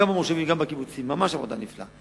גם במושבים, גם בקיבוצים, ממש עבודה נפלאה.